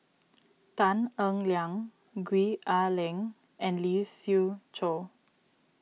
Tan Eng Liang Gwee Ah Leng and Lee Siew Choh